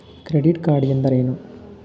Credit card ಎಂದರೇನು?